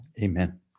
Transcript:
Amen